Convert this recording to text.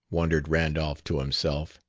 wondered randolph to himself.